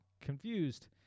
confused